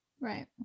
Right